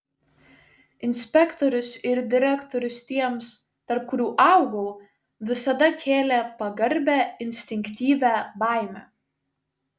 inspektorius ir direktorius tiems tarp kurių augau visada kėlė pagarbią instinktyvią baimę